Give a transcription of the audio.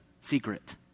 secret